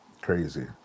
crazy